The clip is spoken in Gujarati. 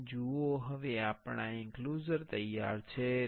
અહીં જુઓ હવે આપણુ એંક્લોઝર તૈયાર છે